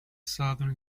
sudden